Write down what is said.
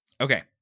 Okay